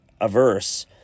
averse